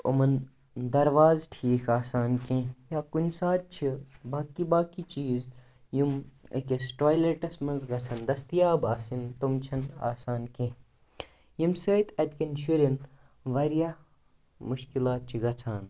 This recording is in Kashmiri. یِمَن دَروازٕ ٹھیٖک آسان کینٛہہ یا کُنہِ ساتہٕ چھِ باقی باقی چیٖز یِم أکِس ٹایلیٹَس منٛز گَژھان دٔستِیاب آسٕنۍ تِم چھِنہٕ آسان کینٛہہ ییٚمہِ سۭتۍ اَتہِ کٮ۪ن شُرٮ۪ن واریاہ مُشکِلات چھِ گَژھان